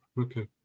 okay